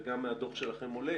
וגם מהדוח שלכם עולה